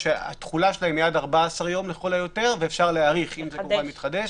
התחולה שלהם היא עד 14 יום לכל היותר ואפשר להאריך אם זה מתחדש.